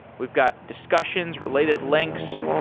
we've got discussions, related links,